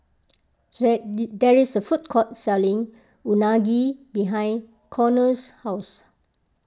there is a food court selling Unagi behind Conor's house